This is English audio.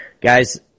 Guys